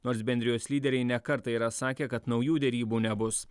nors bendrijos lyderiai ne kartą yra sakę kad naujų derybų nebus